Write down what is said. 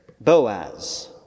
Boaz